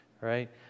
Right